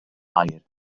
aur